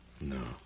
No